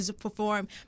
perform